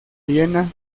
viena